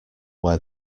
where